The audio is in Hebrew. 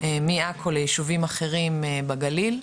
מעכו ליישובים אחרים בגליל,